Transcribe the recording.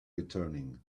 returning